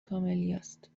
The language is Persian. کاملیاست